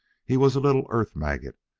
he was a little earth-maggot,